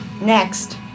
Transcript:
Next